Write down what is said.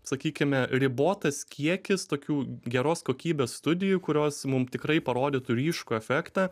sakykime ribotas kiekis tokių geros kokybės studijų kurios mum tikrai parodytų ryškų efektą